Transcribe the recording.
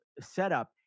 setup